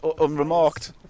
unremarked